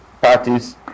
parties